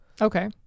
Okay